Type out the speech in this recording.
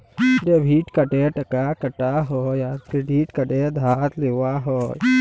debit কার্ডে টাকা কাটা হ্যয় আর ক্রেডিটে টাকা ধার লেওয়া হ্য়য়